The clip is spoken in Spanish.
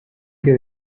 que